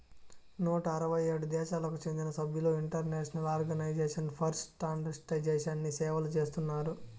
నూట అరవై ఏడు దేశాలకు చెందిన సభ్యులు ఇంటర్నేషనల్ ఆర్గనైజేషన్ ఫర్ స్టాండర్డయిజేషన్ని సేవలు చేస్తున్నారు